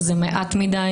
פעם שישית לא תקבלו את